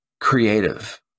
creative